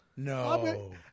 No